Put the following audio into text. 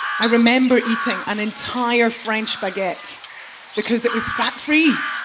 i remember eating an entire french baguette because it was fat free,